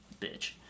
bitch